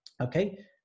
Okay